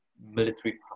military